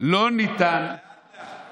לא ניתן, לאט-לאט.